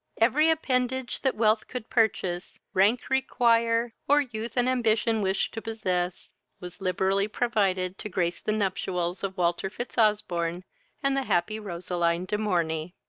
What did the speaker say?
every appendage, that wealth could purchase rank require or youth and ambition wish to possess was liberally provided to grace the nuptials of walter fitzosbourne and the happy roseline de morney.